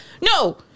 no